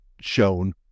shown